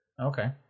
Okay